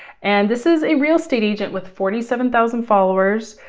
and this is a real estate agent with forty seven thousand followers.